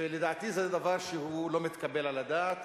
ולדעתי, זה דבר שהוא לא מתקבל על הדעת.